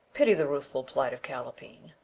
pity the ruthful plight of callapine,